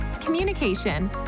communication